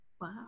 Wow